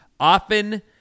often